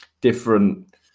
different